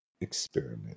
experiment